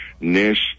Nish